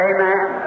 Amen